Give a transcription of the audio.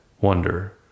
wonder